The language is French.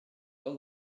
tant